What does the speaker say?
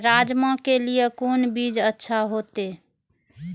राजमा के लिए कोन बीज अच्छा होते?